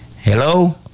Hello